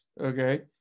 okay